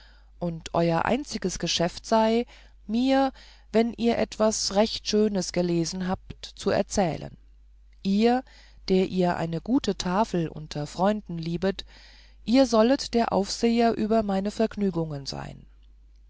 und euer einziges geschäft sei mir wenn ihr etwas recht schönes gelesen habt zu erzählen ihr der ihr eine gute tafel unter freunden liebet ihr sollet der aufseher über meine vergnügungen sein